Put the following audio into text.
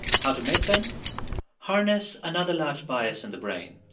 how to make them harness another large bias in the brain,